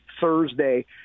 Thursday